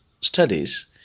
studies